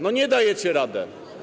No, nie dajecie rady.